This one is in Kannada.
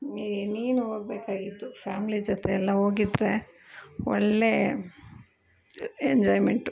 ನೀನು ಹೋಗ್ಬೇಕಾಗಿತ್ತು ಫ್ಯಾಮ್ಲಿ ಜೊತೆ ಎಲ್ಲ ಹೋಗಿದ್ರೆ ಒಳ್ಳೆ ಎಂಜಾಯ್ಮೆಂಟು